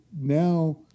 now